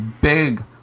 big